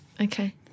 Okay